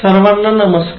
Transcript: सर्वाना नमस्कार